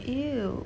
!eww!